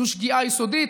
זו שגיאה יסודית.